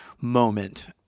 moment